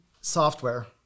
software